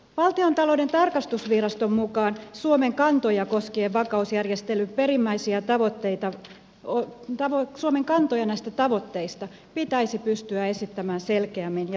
valtiontalouden tarkastusviraston mukaan suomen kantoja koskeva takausjärjestelyn perimmäisiä tavoitteita ole mitäänoin suomen vakausjärjestelyn perimmäisistä tavoitteista pitäisi pystyä esittämään selkeämmin ja syvällisemmin